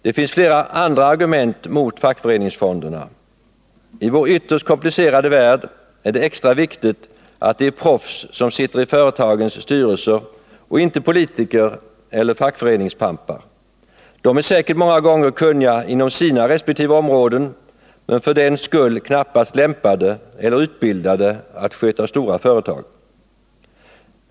Det finns flera andra argument mot fackföreningsfonderna. I vår ytterst komplicerade värld är det extra viktigt att det är proffs som sitter i företagens styrelser och inte politiker eller fackföreningspampar. De är säkert många gånger kunniga inom sina resp. områden men för den skull knappast lämpade eller utbildade att sköta stora företag.